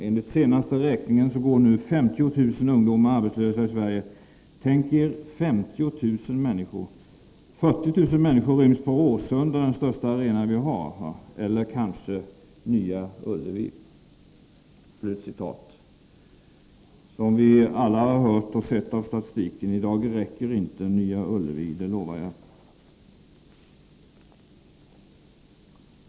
Enligt senaste räkningen så går nu 50 000 ungdomar arbetslösa i Sverige. Tänk er 50 000 människor — 40 000 människor ryms på Råsunda, den största arena vi har — eller kanske Nya Ullevi.” Som vi alla hört och sett av statistiken, räcker i dag inte Nya Ullevi, det lovar jag.